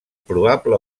probable